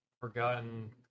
forgotten